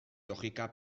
logika